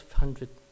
hundred